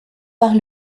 par